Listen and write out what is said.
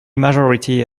majority